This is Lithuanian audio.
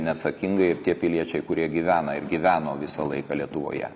neatsakingai ir tie piliečiai kurie gyvena ir gyveno visą laiką lietuvoje